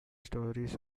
stories